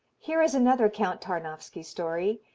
here is another count tarnowski story.